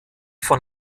von